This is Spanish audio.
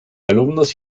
alumnos